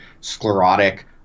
sclerotic